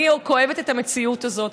אני כואבת את המציאות הזאת,